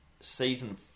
season